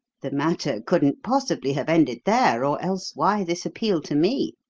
the matter couldn't possibly have ended there, or else why this appeal to me?